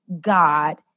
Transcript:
God